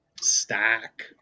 Stack